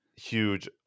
Huge